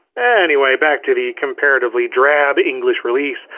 anyway, back to the comparatively drab english release,